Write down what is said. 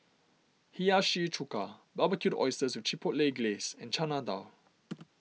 Hiyashi Chuka Barbecued Oysters with Chipotle Glaze and Chana Dal